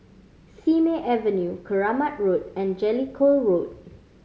Simei Avenue Keramat Road and Jellicoe Road